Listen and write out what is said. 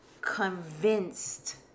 convinced